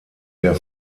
der